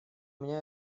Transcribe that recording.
меня